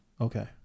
Okay